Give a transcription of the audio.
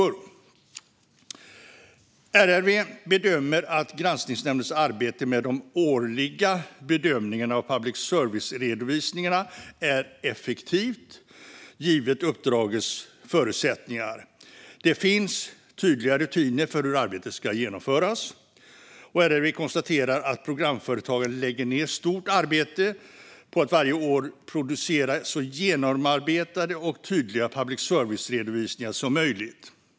Riksrevisionens rapport om gransk-ningsnämndens granskning av public service RRV bedömer att granskningsnämndens arbete med de årliga bedömningarna av public service-redovisningarna är effektivt givet uppdragets förutsättningar. Det finns tydliga rutiner för hur arbetet ska genomföras. RRV konstaterar att programföretagen lägger ned ett stort arbete på att varje år producera så genomarbetade och tydliga public service-redovisningar som möjligt.